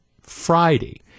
Friday